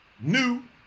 New